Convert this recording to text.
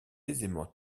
aisément